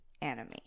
anime